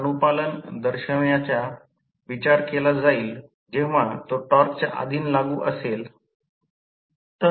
open circuit चाचणी आणि short circuit चा अभ्यास आधीच केला आहे